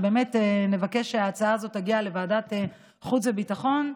ובאמת נבקש שההצעה הזאת תגיע לוועדת החוץ והביטחון,